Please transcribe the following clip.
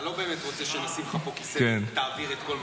אתה לא באמת רוצה שאני אשים לך פה כיסא ותעביר את כל מה שאתה רוצה.